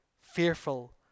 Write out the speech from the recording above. fearful